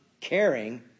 caring